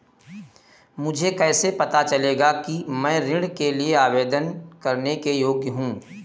मुझे कैसे पता चलेगा कि मैं ऋण के लिए आवेदन करने के योग्य हूँ?